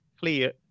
clear